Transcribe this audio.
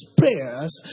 prayers